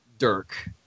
Dirk